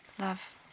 Love